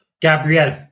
Gabriel